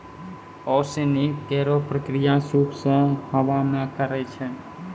ओसौनी केरो प्रक्रिया सूप सें हवा मे करै छै